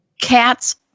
Cats